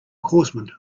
horsemen